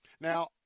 Now